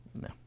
No